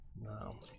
No